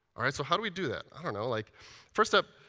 all right, so how do we do that? i don't know. like first up,